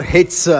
Hits